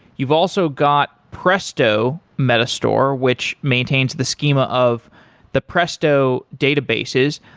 you've also got presto meta store, which maintains the schema of the presto databases,